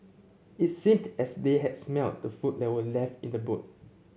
it seemed as they had smelt the food that were left in the boot